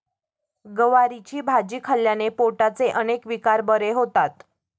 गवारीची भाजी खाल्ल्याने पोटाचे अनेक विकार बरे होतात